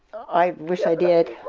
i wish i did